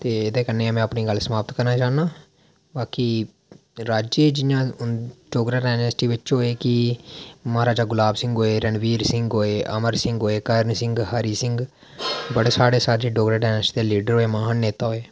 ते एह्दे कन्नै में अपनी गल्ल समाप्त करना चाह्न्नां बाकी राजे जि'यां डोगरा डाइनैसिटी बिच होए कि महाराजा गुलाब सिंह होए महाराजा रणवीर सिंह होए अमर सिंह होए हरि सिंह कर्ण सिंह बड़े साढ़े डोगरा डाइनैसिटी दे लीडर होए महान नेता होए